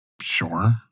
Sure